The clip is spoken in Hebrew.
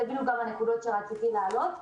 אלה הנקודות שרציתי להעלות.